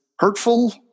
hurtful